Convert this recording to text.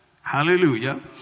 hallelujah